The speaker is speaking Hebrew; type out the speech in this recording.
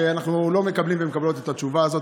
אנחנו לא מקבלים ומקבלות את התשובה הזאת,